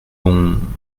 bon